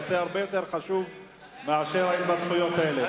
הנושא הרבה יותר חשוב מאשר ההתבדחויות האלה.